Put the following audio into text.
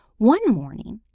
one morning,